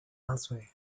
elsewhere